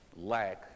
lack